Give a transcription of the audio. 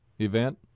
event